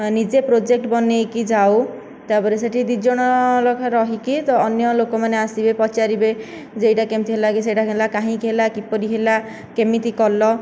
ନିଜେ ପ୍ରୋଜେକ୍ଟ ବନେଇକି ଯାଉ ତାପରେ ସେଠି ଦୁଇ ଜଣ ଲେଖାଁ ରହିକି ଅନ୍ୟ ଲୋକମାନେ ଆସିକି ପଚାରିବେ ଯେ ଏଇଟା କେମିତି ହେଲା ସେଇଟା କାହିଁକି ହେଲା କିପରି ହେଲା କେମିତି କଲ